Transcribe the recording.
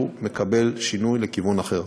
הוא מקבל שינוי לכיוון אחר.